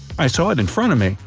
i saw it in front of me,